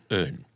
earn